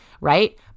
right